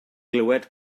glywed